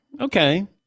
okay